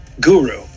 guru